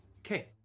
Okay